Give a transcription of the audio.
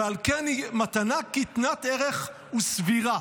ועל כן היא מתנה קטנת ערך וסבירה.